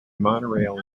monorail